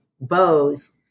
bows